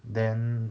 then